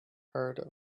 heard